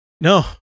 No